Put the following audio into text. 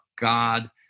God